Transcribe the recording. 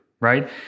right